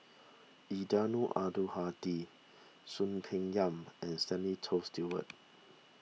Eddino Abdul Hadi Soon Peng Yam and Stanley Toft Stewart